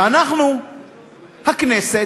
ואנחנו, הכנסת,